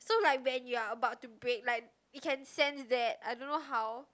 so like when you're about to brake like you can sense that I don't know how